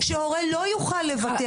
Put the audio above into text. נקווה שזה יצליח.